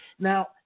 Now